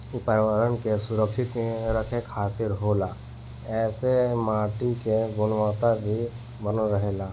इ पर्यावरण के सुरक्षित रखे खातिर होला ऐइसे माटी के गुणवता भी बनल रहेला